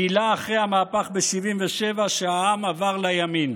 גילה אחרי המהפך ב-77' שהעם עבר לימין.